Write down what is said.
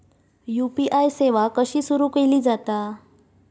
UPI सेवा कशी सुरू केली जाता?